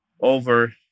over